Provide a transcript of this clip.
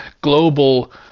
global